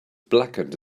blackened